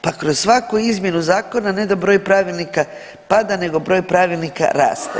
Pa kroz svaku izmjenu zakona ne da broj pravilnika pada nego broj pravilnika raste.